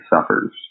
suffers